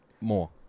more